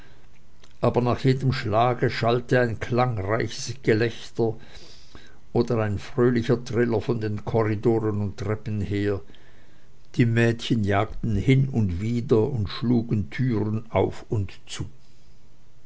aber nach jedem schlage schallte ein klangreiches gelächter oder ein fröhlicher triller von den korridoren und treppen her die mädchen jagten hin und wider und schlugen türen auf und zu